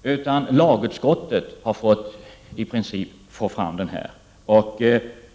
stället har lagutskottet fått se till detta.